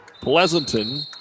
Pleasanton